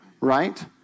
Right